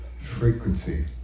frequency